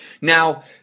Now